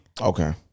Okay